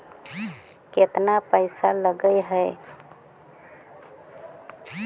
केतना पैसा लगय है?